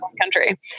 country